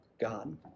God